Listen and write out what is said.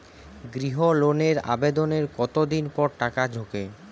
গৃহ লোনের আবেদনের কতদিন পর টাকা ঢোকে?